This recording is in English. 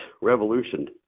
revolution